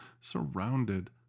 surrounded